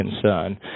concern